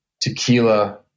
tequila